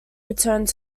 returned